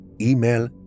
Email